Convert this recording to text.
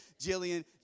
Jillian